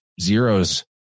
zeros